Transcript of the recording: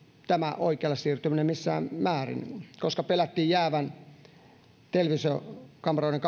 tämä oikealle siirtyminen missään määrin koska pelättiin että jäädään todennäköisesti televisiokameroiden